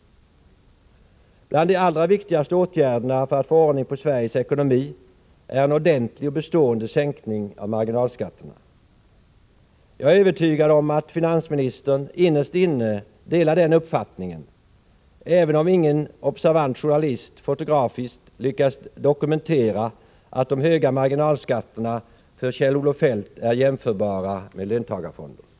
En av de allra viktigaste åtgärderna för att få ordning på Sveriges ekonomi är en ordentlig och bestående sänkning av marginalskatterna. Jag är övertygad om att finansministern innerst inne delar den uppfattningen, även om ingen observant journalist fotografiskt lyckats dokumentera att de höga marginalskatterna för Kjell-Olof Feldt framstår som jämförbara med löntagarfonder.